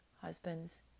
husband's